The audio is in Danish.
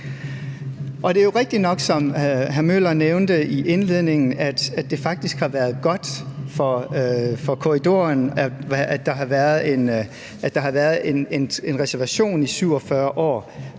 Det er jo rigtigt nok, som hr. Henrik Møller nævnte i indledningen, at det faktisk har været godt for korridoren, at der har været en reservation i 47 år,